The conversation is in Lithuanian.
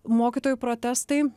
mokytojų protestai